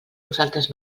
vosaltres